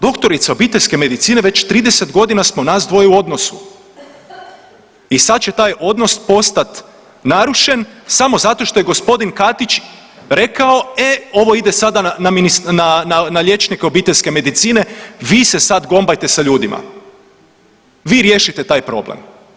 Doktorica obiteljske medicine već 30 godina smo nas dvoje u odnosu i sad će taj odnos postat narušen samo zato što je gospodin Katić rekao e ovo ide sada na liječnika obiteljske medicine, vi se sad gombajte sa ljudima, vi riješite taj problem.